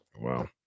Wow